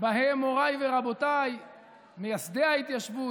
ובהם מוריי ורבותיי מייסדי ההתיישבות,